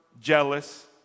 jealous